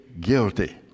guilty